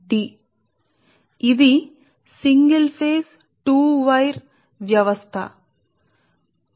కాబట్టి ఇది single phase 2 wire system